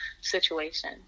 situation